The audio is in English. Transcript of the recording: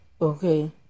Okay